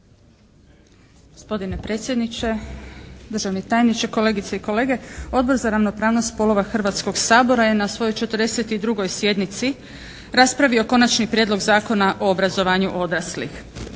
Gospodine predsjedniče, državni tajniče, kolegice i kolege. Odbor za ravnopravnost spolova Hrvatskoga sabora je na svojoj 42. sjednici raspravio Konačni prijedlog Zakona o obrazovanju odraslih.